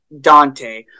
Dante